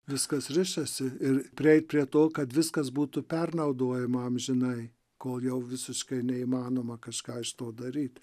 viskas rišasi ir prieiti prie to kad viskas būtų pernaudojima amžinai kol jau visiškai neįmanoma kažką iš to daryti